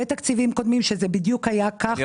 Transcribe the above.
בתקציבים קודמים שזה בדיוק היה כך,